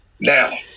now